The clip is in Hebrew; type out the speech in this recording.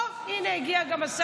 אוה, הינה גם הגיע השר.